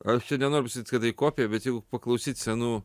aš nenoriu pasakyt kad tai kopija bet jeigu paklausyt senų